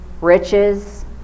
Riches